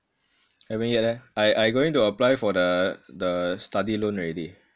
haven't yet leh I I going to apply for the the study loan already